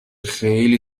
خیلی